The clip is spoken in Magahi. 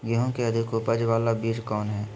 गेंहू की अधिक उपज बाला बीज कौन हैं?